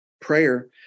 Prayer